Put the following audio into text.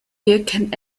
wirken